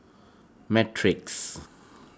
Matrix